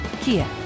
Kia